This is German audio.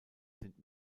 sind